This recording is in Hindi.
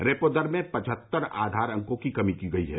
रेपो दर में पचहत्तर आधार अंकों की कमी की गई है